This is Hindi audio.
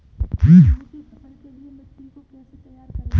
गेहूँ की फसल के लिए मिट्टी को कैसे तैयार करें?